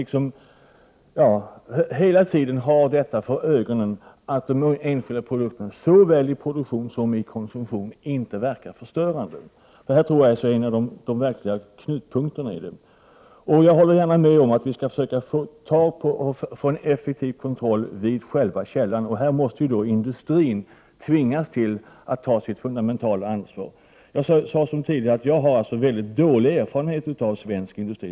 Man skall hela tiden ha för ögonen att den enskilda produkten varken i produktion eller i konsumtion får verka förstörande. Jag tror att detta är en av de verkliga huvudpunkterna i sammanhanget. Jag håller gärna med om att vi bör försöka få till stånd en effektiv kontroll redan vid källan, och då måste industrin tvingas att ta sitt fundamentala ansvar. Jag har tidigare sagt att jag har mycket dåliga erfarenheter av svensk industri.